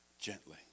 Gently